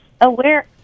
aware